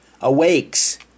awakes